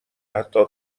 حتی